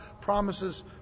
promises